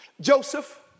Joseph